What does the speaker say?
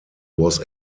was